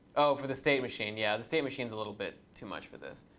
oh, for the state machine. yeah, the state machine is a little bit too much for this.